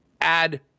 add